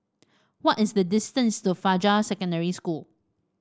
what is the distance to Fajar Secondary School